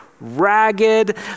ragged